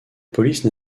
police